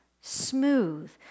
smooth